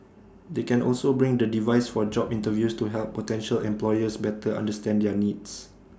they can also bring the device for job interviews to help potential employers better understand their needs